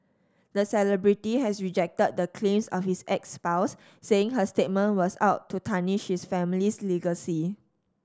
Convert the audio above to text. the celebrity has rejected the claims of his ex spouse saying her statement was out to tarnish his family's legacy